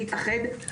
להתאחד,